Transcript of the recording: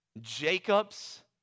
Jacob's